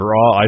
Raw